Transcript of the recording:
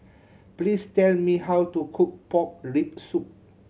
please tell me how to cook pork rib soup